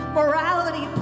morality